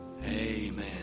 Amen